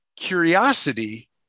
curiosity